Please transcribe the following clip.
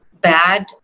bad